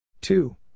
two